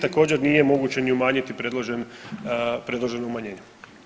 Također, nije moguće ni umanjiti predloženo umanjenje.